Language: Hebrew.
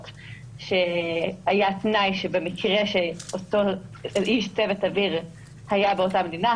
שהיה תנאי שבמקרה שאותו איש צוות אוויר היה באותה מדינה,